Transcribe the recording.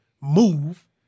move